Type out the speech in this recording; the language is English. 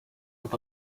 with